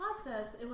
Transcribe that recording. process